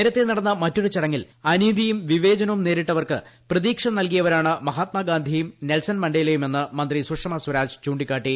നേരത്തെ നടന്ന മറ്റൊരു ചടങ്ങിൽ അനീതിയും വിവേചനവും നേരിട്ടവർക്ക് പ്രതീക്ഷ നൽകിയവരാണ് മഹാത്മഗാന്ധിയും നെൽസൺ മണ്ടേലയുമെന്ന് മന്ത്രി സുഷമ സ്വരാജ് ചൂണ്ടിക്കാട്ടി